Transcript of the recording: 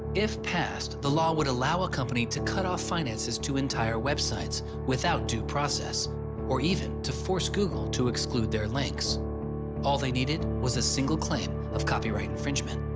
if passed the law would allow a company to cut off finances to entire websites without due process or even to force google to exclude their links all they needed was a single claim of copyright infringment.